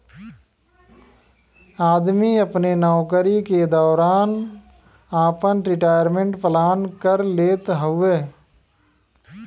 आदमी अपने नउकरी के दौरान आपन रिटायरमेंट प्लान कर लेत हउवे